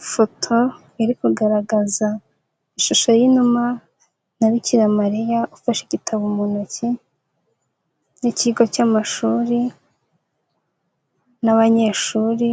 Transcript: Ifoto iri kugaragaza ishusho y'inuma na bikira Mariya ufashe igitabo mu ntoki n'ikigo cy'amashuri n'abanyeshuri